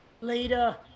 later